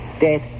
dead